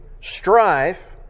strife